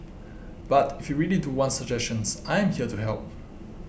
but if you really do want suggestions I am here to help